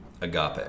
Agape